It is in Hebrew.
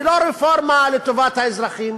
היא לא רפורמה לטובת האזרחים.